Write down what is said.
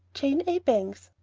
jane a. bangs.